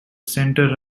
center